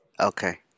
Okay